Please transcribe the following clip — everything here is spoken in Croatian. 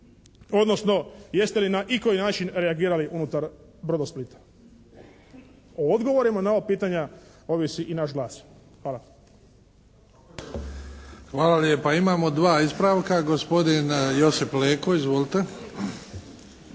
odnosno jeste li na ikoji način reagirali unutar "Brodosplita"? O odgovorima na ova pitanja ovisi i naš glas. Hvala. **Bebić, Luka (HDZ)** Hvala lijepa. Imamo dva ispravka. Gospodin Josip Leko. Izvolite!